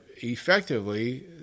effectively